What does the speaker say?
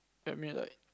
I mean like